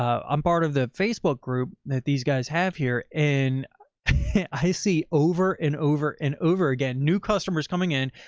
um i'm part of the facebook group that these guys have here and i see over and over and over again, new customers coming in.